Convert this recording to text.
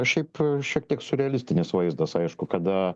šiaip šiek tiek siurrealistinis vaizdas aišku kada